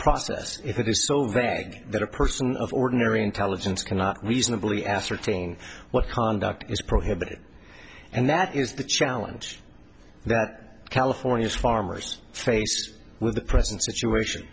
process if you do so veg that a person of ordinary intelligence cannot reasonably ascertain what conduct is prohibited and that is the challenge that california farmers face with the present situation